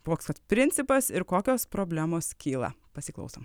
koks vat principas ir kokios problemos kyla pasiklausom